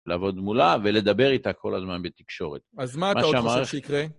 לעבוד מולה ולדבר איתה כל הזמן בתקשורת. אז מה אתה עוד חושב שיקרה?